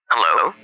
Hello